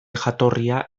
jatorria